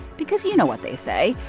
because you know what they say,